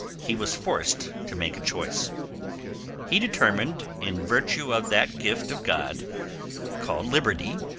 he was forced to make a choice he determined, in virtue of that gift of god called liberty,